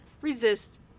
resist